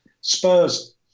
Spurs